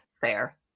Fair